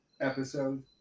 episode